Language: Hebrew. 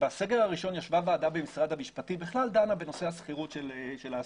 בסגר הראשון ישבה ועדה במשרד המשפטים ודנה בנושא השכירות של העסקים.